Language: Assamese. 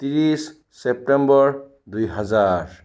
ত্ৰিছ ছেপ্টেম্বৰ দুই হাজাৰ